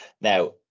Now